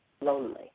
lonely